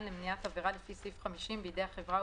למעט שותף מוגבל,